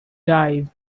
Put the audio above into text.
dive